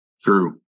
true